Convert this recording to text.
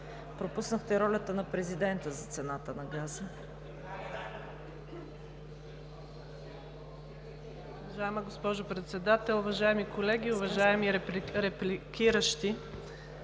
Пропуснахте ролята на президента за цената на газа.